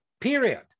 period